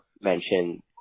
mention